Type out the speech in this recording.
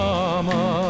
Mama